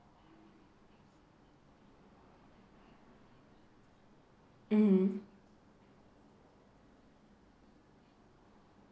mmhmm